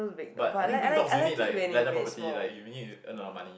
but I think big dogs you need like landed property like you need to earn a lot of money